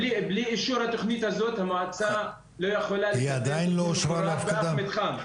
בלי אישור התכנית הזו המועצה לא יכולה לבקש אפילו תמורת אף מתחם.